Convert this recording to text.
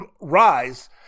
rise